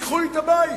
וייקחו לי את הבית.